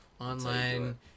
Online